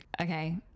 Okay